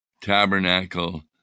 tabernacle